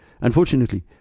Unfortunately